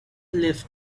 lift